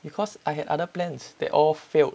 because I had other plans that all failed